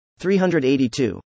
382